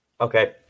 Okay